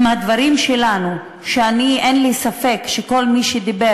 האם הדברים שלנו ואין לי ספק שכל מי שדיבר